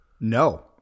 No